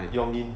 jeongyin